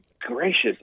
gracious